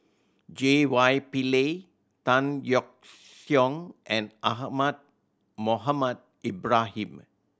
J Y Pillay Tan Yeok Seong and Ahmad Mohamed Ibrahim